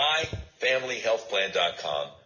MyFamilyHealthPlan.com